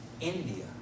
India